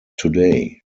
today